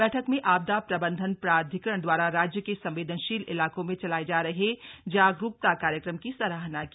बैठक में आपदा प्रबंधन प्राधिकरण द्वारा राज्य के संवेदनशील इलाकों में चलाए जा रहे जागरूकता कार्यक्रम की सराहना की